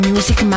Music